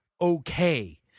okay